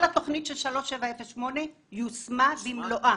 כל התוכנית של 3708 יושמה במלואה.